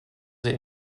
sehr